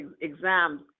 exams